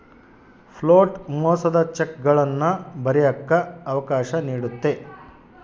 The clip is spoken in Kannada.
ಫ್ಲೋಟ್ ಮೋಸದ ಚೆಕ್ಗಳನ್ನ ಬರಿಯಕ್ಕ ಅವಕಾಶ ನೀಡುತ್ತೆ